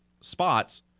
spots